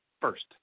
first